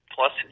Plus